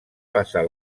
passar